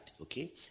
Okay